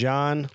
John